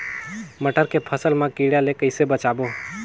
मटर के फसल मा कीड़ा ले कइसे बचाबो?